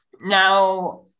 Now